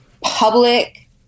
public